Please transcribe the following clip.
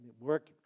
work